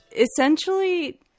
Essentially